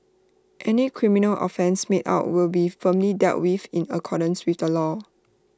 any criminal offence made out will be firmly dealt with in accordance with the law